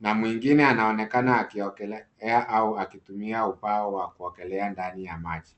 na mwingine anaonekana akiogelea au akitumia ubao wa kuogelea ndani ya maji .